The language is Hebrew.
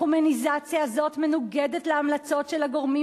החומייניזציה הזאת מנוגדת להמלצות של הגורמים